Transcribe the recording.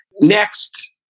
Next